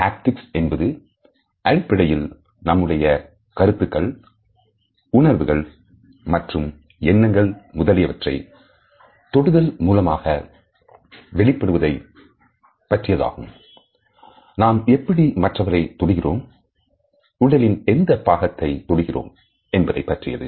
ஹாப்டிக்ஸ்என்பது அடிப்படையில் நம்முடைய கருத்துக்கள் உணர்வுகள் மற்றும் எண்ணங்கள் முதலியவற்றை தொடுதல் மூலமாக வெளிப்படுவதை பற்றியதாகும் நாம் எப்படி மற்றவரை தொடுகிறோம் உடலின் எந்த பாகத்தை தொடுகிறோம் என்பதைப் பற்றியது